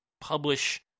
publish